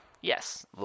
Yes